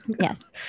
Yes